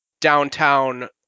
downtown